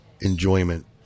enjoyment